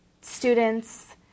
students